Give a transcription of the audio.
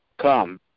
come